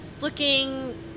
looking